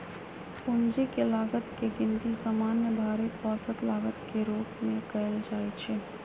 पूंजी के लागत के गिनती सामान्य भारित औसत लागत के रूप में कयल जाइ छइ